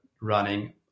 running